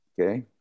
okay